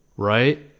right